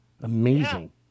Amazing